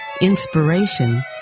inspiration